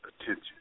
attention